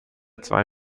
zwei